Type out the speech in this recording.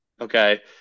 Okay